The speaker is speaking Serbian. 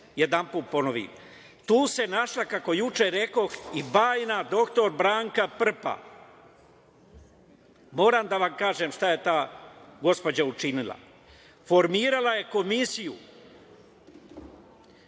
jedanput ponovim. Tu se našla, kako juče rekoh, i bajna dr Branka Prpa. Moram da vam kažem šta je ta gospođa učinila. Formirala je komisiju